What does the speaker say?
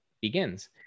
begins